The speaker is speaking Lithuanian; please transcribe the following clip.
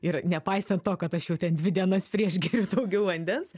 ir nepaisant to kad aš jau ten dvi dienas prieš geriu daugiau vandens